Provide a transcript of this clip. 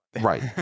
Right